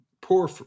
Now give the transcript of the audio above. poor